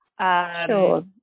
Sure